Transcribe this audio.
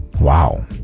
Wow